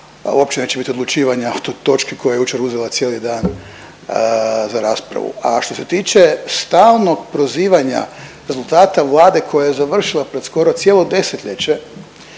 uopće neće odlučivanja o točki koja je jučer uzela cijeli dan za raspravu. A što se tiče stalnog prozivanja rezultata Vlade koja je završila pred skoro cijelo desetljeće